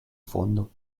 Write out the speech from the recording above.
fondo